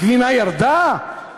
הגבינה ירדה?